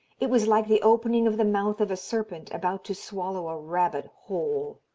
it was like the opening of the mouth of a serpent about to swallow a rabbit whole.